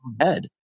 head